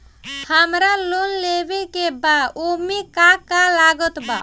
हमरा लोन लेवे के बा ओमे का का लागत बा?